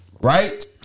Right